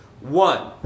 one